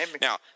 Now